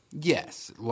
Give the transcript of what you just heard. Yes